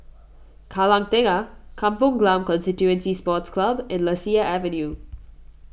Kallang Tengah Kampong Glam Constituency Sports Club and Lasia Avenue